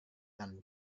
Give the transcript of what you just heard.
dan